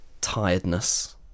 tiredness